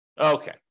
Okay